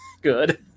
good